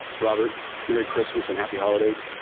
robert merry christmas and happy holidays.